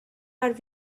are